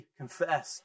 confess